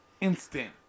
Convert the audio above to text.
instant